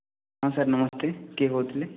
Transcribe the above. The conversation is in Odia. ହଁ ସାର୍ ନମସ୍ତେ କିଏ କହୁଥିଲେ